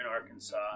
Arkansas